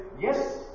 yes